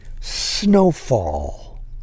snowfall